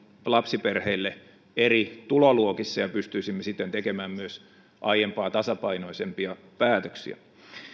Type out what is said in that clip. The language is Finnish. lapsiperheille eri tuloluokissa ja pystyisimme sitten tekemään myös aiempaa tasapainoisempia päätöksiä